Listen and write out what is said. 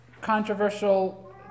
controversial